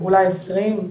אולי 20,